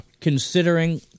Considering